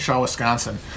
Wisconsin